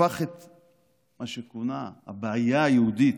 הפך את מה שכונה "הבעיה היהודית"